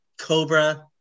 Cobra